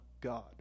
God